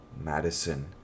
Madison